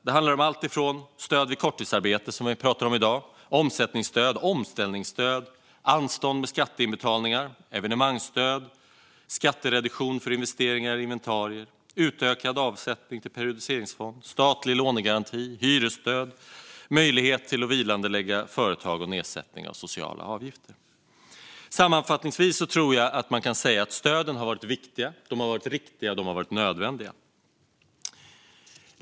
Det handlar om alltifrån stöd vid korttidsarbete, som vi pratar om i dag, till omsättningsstöd, omställningsstöd, anstånd med skatteinbetalningar, evenemangsstöd, skattereduktion för investeringar i inventarier, utökad avsättning till periodiseringsfond, statlig lånegaranti, hyresstöd, möjlighet att vilandelägga företag och nedsättning av sociala avgifter. Sammanfattningsvis tror jag att man kan säga att stöden har varit viktiga, riktiga och nödvändiga.